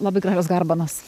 labai gražios garbanos